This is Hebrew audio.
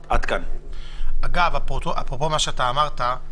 אגב, אפרופו מה שאמרת.